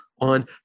on